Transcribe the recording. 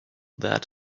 that